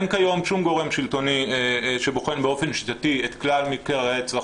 אין כיום שום גורם שלטוני שבוחן באופן שיטתי את כלל מקרי הרצח